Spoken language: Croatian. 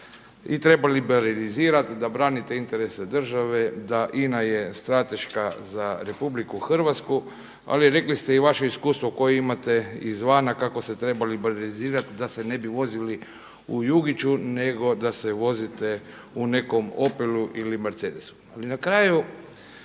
i treba liberalizirati, da branite interese države, da INA je strateška za RH, ali rekli ste i vaše iskustvo koje imate izvana, kako se treba liberalizirati, da se ne bi vozili u jugiću nego da se vozite u nekom Opelu ili Mercedesu.